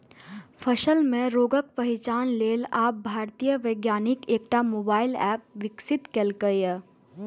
फसल मे रोगक पहिचान लेल आब भारतीय वैज्ञानिक एकटा मोबाइल एप विकसित केलकैए